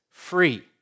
free